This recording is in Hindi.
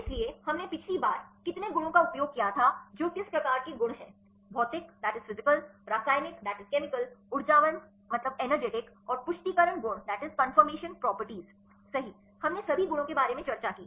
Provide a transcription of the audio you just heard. इसलिए हमने पिछली बार कितने गुणों का उपयोग किया था जो किस प्रकार के गुण हैं भौतिक physical रासायनिक ऊर्जावान और पुष्टिकरण गुण सही हमने सभी गुणों के बारे में चर्चा की